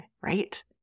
right